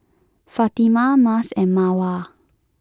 Fatimah Mas and Mawar